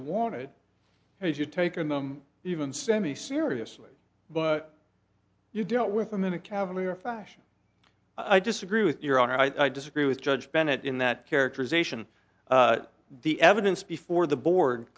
you wanted as you'd taken them even semi seriously but you dealt with them in a cavalier fashion i disagree with your honor i disagree with judge bennett in that characterization the evidence before the board